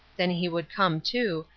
then he would come to,